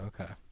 Okay